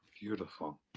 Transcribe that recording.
beautiful